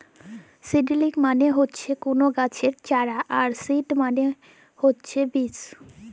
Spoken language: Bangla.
ছিডিলিংস মানে হচ্যে কল গাছের চারা আর সিড মালে ছে বীজ